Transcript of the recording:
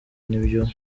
nibyo